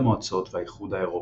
ברית המועצות והאיחוד האירופי.